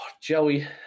Joey